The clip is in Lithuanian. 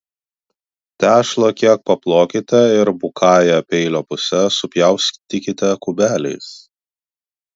tešlą kiek paplokite ir bukąja peilio puse supjaustykite kubeliais